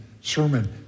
sermon